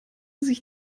sich